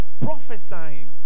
prophesying